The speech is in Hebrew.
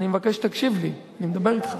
אני מבקש שתקשיב לי, אני מדבר אתך,